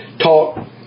talk